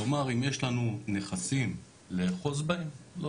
כלומר אם יש לנו נכסים לאחוז בהם, לא